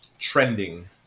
Trending